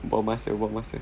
buang masa buang masa